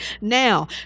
now